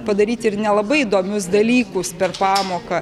padaryti ir nelabai įdomius dalykus per pamoką